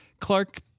Clark